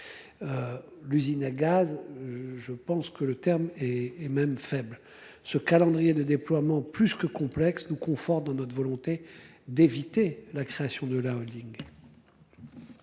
L'usine à gaz. Je pense que le terme est même faible ce calendrier de déploiement plus que complexe nous conforte dans notre volonté d'éviter la création de la Holding.